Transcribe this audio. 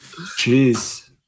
Jeez